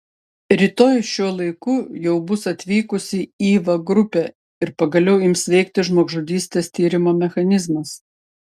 rytoj šiuo laiku jau bus atvykusi įva grupė ir pagaliau ims veikti žmogžudystės tyrimo mechanizmas